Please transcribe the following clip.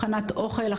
הכנת אוכל,